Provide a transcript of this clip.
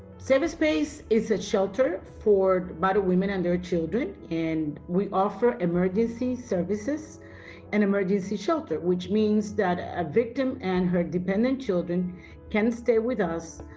safespace is a shelter for battered but women and their children. and we offer emergency services and emergency shelter, which means that a victim and her dependent children can stay with us.